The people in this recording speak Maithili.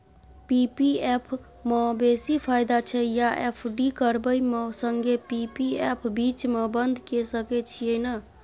पी.पी एफ म बेसी फायदा छै या एफ.डी करबै म संगे पी.पी एफ बीच म बन्द के सके छियै न?